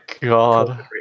god